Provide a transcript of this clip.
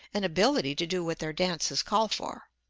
and ability to do what their dances call for.